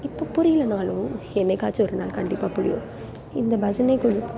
இப்போ புரியிலைனாலும் என்னைக்காச்சும் ஒரு நாள் கண்டிப்பாக புரியும் இந்த பஜனைக்குழு